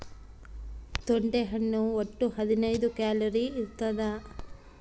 ತೊಂಡೆ ಹಣ್ಣು ಒಟ್ಟು ಹದಿನೈದು ಕ್ಯಾಲೋರಿ ಇರ್ತಾದ